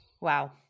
Wow